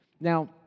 Now